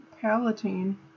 Palatine